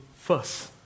First